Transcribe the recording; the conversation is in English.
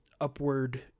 upward